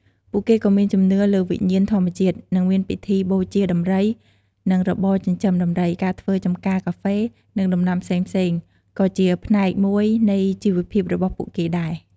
ពួកគេក៏មានជំនឿលើវិញ្ញាណធម្មជាតិ និងមានពិធីបូជាដំរី និងរបរចិញ្ចឹមដំរី ការធ្វើចម្ការកាហ្វេ និងដំណាំផ្សេងៗ ក៏ជាផ្នែកមួយនៃជីវភាពរបស់ពួកគេដែរ។